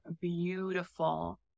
beautiful